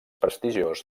prestigiós